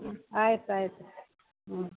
ಆಯ್ತು ಆಯ್ತು ಹ್ಞೂ